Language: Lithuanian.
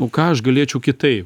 o ką aš galėčiau kitaip